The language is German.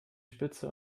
spitze